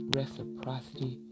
reciprocity